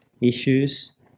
issues